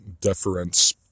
deference